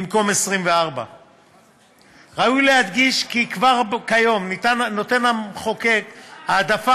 במקום 24%. ראוי להדגיש כי כבר כיום נותן המחוקק העדפה